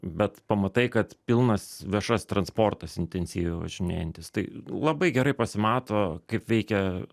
bet pamatai kad pilnas viešasis transportas intensyviai važinėjantis tai labai gerai pasimato kaip veikia